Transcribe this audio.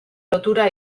lotura